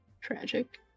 Tragic